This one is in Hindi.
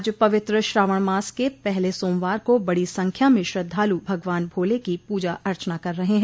आज पवित्र श्रावण मास के पहले सोमवार को बड़ी संख्या में श्रद्धालु भगवान भोले की पूजा अर्चना कर रहे हैं